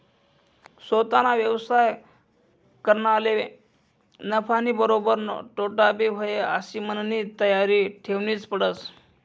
सोताना व्यवसाय करनारले नफानीबरोबर तोटाबी व्हयी आशी मननी तयारी ठेवनीच पडस